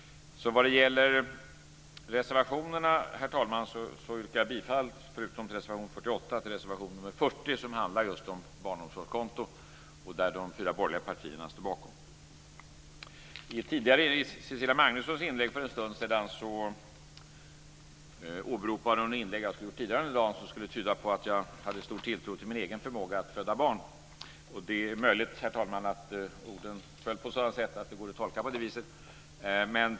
Vad det gäller reservationerna, herr talman, yrkar jag bifall förutom till reservation 48 även till reservation 40. Denna reservation handlar om barnomsorgskonto, och det är de fyra borgerliga partierna som står bakom. I Cecilia Magnussons inlägg för en stund sedan åberopade hon ett inlägg jag skulle ha gjort tidigare under dagen och som skulle tyda på att jag hade stor tilltro till min egen förmåga att föda barn. Det är möjligt, herr talman, att orden föll på ett sådant sätt att de går att tolka på det viset.